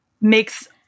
makes –